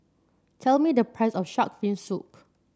tell me the price of shark fin soup